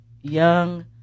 young